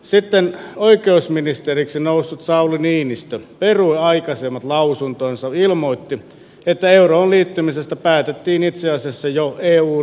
sitten oikeusministeriksi noussut sauli niinistö perui aikaisemmat lausuntonsa ilmoitti että euroon liittymisestä päätettiin itse asiassa jo eun liittymislakiäänestyksessä